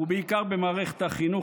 ובעיקר במערכת החינוך,